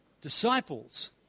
disciples